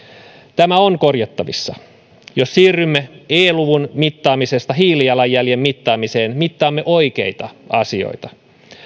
tämä on korjattavissa jos siirrymme e luvun mittaamisesta hiilijalanjäljen mittaamiseen mittaamme oikeita asioita